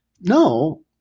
No